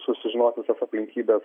susižinot visas aplinkybes